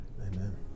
Amen